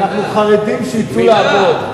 אנחנו חרדים לחרדים.